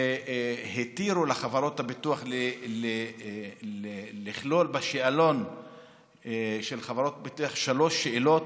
שהתירו לחברות הביטוח לכלול בשאלון של חברות הביטוח שלוש שאלות: